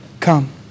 come